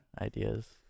ideas